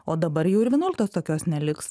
o dabar jau ir vienuoliktos tokios neliks